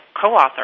co-author